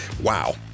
Wow